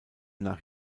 nach